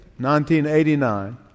1989